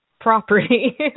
property